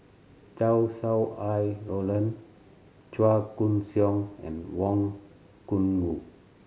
Chow Sau Hai Roland Chua Koon Siong and Wang Gungwu